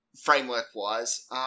framework-wise